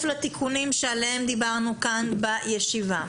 לתיקונים שעליהם דיברנו כאן בישיבה.